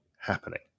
happening